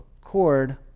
cord